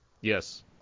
Yes